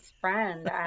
friend